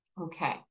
Okay